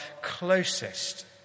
closest